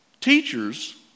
Teachers